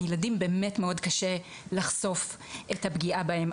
לילדים באמת מאוד קשה לחשוף את הפגיעה בהם.